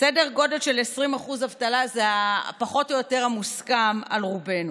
סדר גודל של 20% אבטלה זה פחות או יותר המוסכם על רובנו.